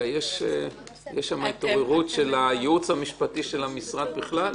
יש התעוררות של הייעוץ המשפטי של המשרד בכלל?